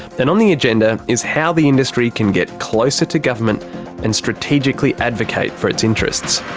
and on the agenda is how the industry can get closer to government and strategically advocate for its interests.